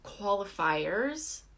qualifiers